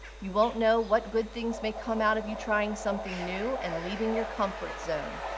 you won't know what good things may come out of you trying something new and leaving your comfort zone.